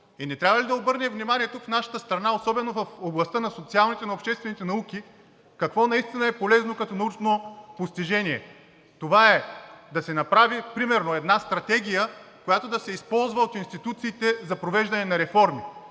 И не трябва ли да обърнем внимание тук в нашата страна, особено в областта на социалните, на обществените науки, какво наистина е полезно като научно постижение? Това е да се направи примерно една стратегия, която да се използва от институциите за провеждане на реформи.